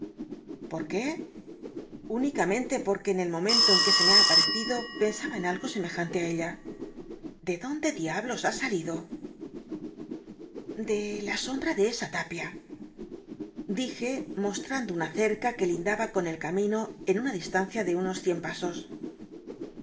por qué un icamentc por'tjue en el momento en que se me ha aparecido pensaba en algo semejante á ella de dónde diablos ha salido de la sombra de esa tapia dije mostrando biblioteca nacional de españa dr vji co pperfield una cerca que lindaba con el camino en una distancia de unos cien pasos